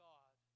God